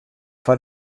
foar